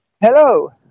hello